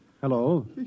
Hello